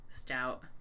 stout